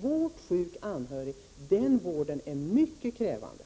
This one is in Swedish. Det är en vård som är mycket krävande,